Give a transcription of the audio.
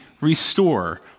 restore